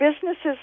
businesses